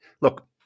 look